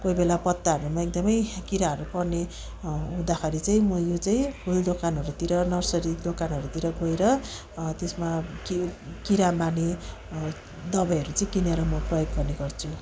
कोही बेला पत्ताहरूलाई एकदमै किराहरू पर्ने हुँदाखेरि चाहिँ मैले चाहिँ फुल दोकानहरूतिर नर्सरी दोकानहरूतिर गएर त्यसमा कि किरा मार्ने दबाईहरू चाहिँ किनेर म प्रयोग गर्ने गर्छु